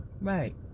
right